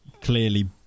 clearly